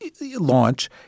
launch